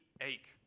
ache